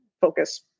focus